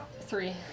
Three